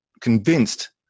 convinced